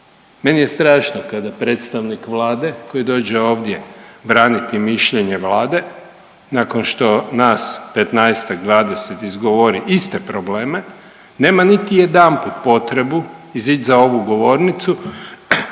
Meni je strašno kada predstavnik Vlade koji dođe ovdje braniti mišljenje Vlade nakon što nas 15-ak, 20 izgovori iste probleme nema niti jedanput potrebu izić za ovu govornicu